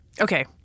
Okay